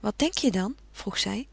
wat denk je dan vroeg zij